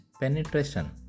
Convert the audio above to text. penetration